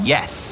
Yes